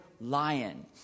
lion